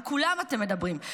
עם כולם אתם מדברים,